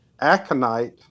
aconite